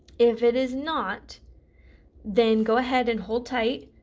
if it is not then go ahead and hold tight,